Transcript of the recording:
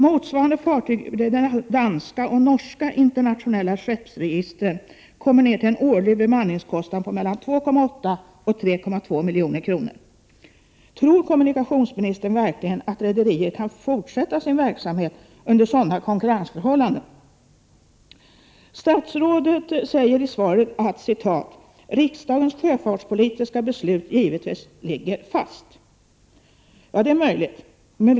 Motsvarande fartyg i flaggade fartygi danska och norska internationella skeppsregister kommer ner till en årlig svensk kustsjöfart bemanningskostnad på mellan 2,8 och 3,2 milj.kr. Tror kommunikationsministern verkligen att rederierna kan fortsätta sin verksamhet under sådana konkurrensförhållanden? Statsrådet sade i svaret: riksdagens sjöfartspolitiska beslut ligger givetvis fast. Ja, det är möjligt.